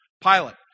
Pilot